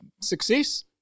success